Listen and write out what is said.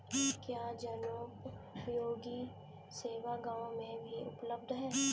क्या जनोपयोगी सेवा गाँव में भी उपलब्ध है?